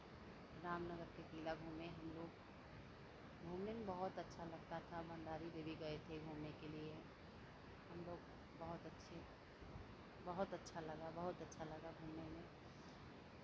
रामनगर के किला घूमे हमलोग घूमने में बहुत अच्छा लगता था भंडारी देवी गये थे घूमने के लिये हमलोग बहुत अच्छे बहुत अच्छा लगा बहुत अच्छा लगा घूमने में